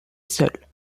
seuls